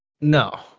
No